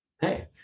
Hey